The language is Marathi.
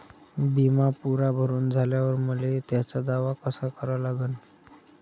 बिमा पुरा भरून झाल्यावर मले त्याचा दावा कसा करा लागन?